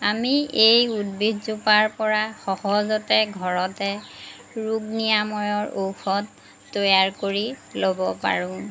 আমি এই উদ্ভিদজোপাৰপৰা সহজতে ঘৰতে ৰোগ নিৰাময়ৰ ঔষধ তৈয়াৰ কৰি ল'ব পাৰোঁ